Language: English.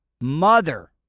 mother